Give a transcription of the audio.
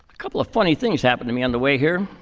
couple of funny things happened to me on the way here.